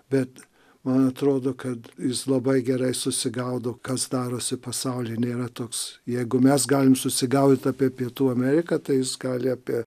bet man atrodo kad jis labai gerai susigaudo kas darosi pasauly nėra toks jeigu mes galim susigaudyt apie pietų ameriką jis gali apie